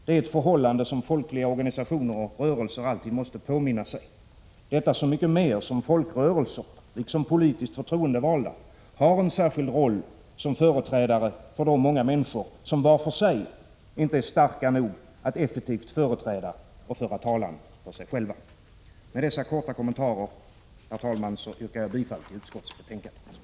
Det är ett förhållande som folkliga organisationer och rörelser alltid måste påminna sig, detta så mycket mer som folkrörelser och politiskt förtroendevalda har en särskild roll som företrädare för de många människor som var för sig inte är starka nog att effektivt företräda — och föra talan för — sig själva. Med dessa korta kommentarer, herr talman, yrkar jag bifall till utskottets hemställan.